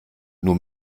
nur